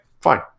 fine